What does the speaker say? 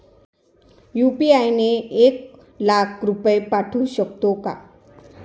UPI ने एक लाख रुपये पाठवू शकतो का?